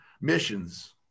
missions